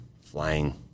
flying